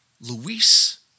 Luis